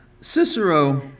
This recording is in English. Cicero